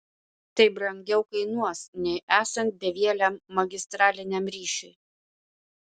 tai brangiau kainuos nei esant bevieliam magistraliniam ryšiui